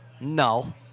No